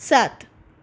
સાત